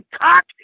cock